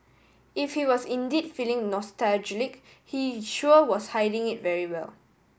if he was indeed feeling nostalgic he sure was hiding it very well